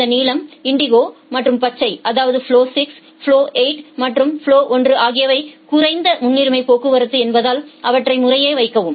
இந்த நீலம் இண்டிகோ மற்றும் பச்சை அதாவது ஃபலொ6 ஃபலொ8 மற்றும் ஃபலொ1 ஆகியவை குறைந்த முன்னுரிமை போக்குவரத்து என்பதால் அவற்றை முறையே வைக்கவும்